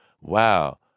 wow